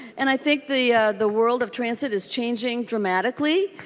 and i think the the world of transit is changing dramatically.